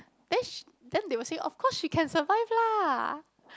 then they will say of course she can survive lah